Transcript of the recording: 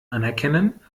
anerkennen